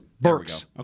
Burks